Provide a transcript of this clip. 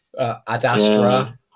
Adastra